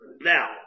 Now